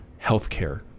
healthcare